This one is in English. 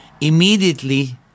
immediately